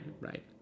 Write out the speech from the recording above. right